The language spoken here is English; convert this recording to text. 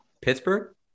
Pittsburgh